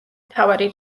მთავარი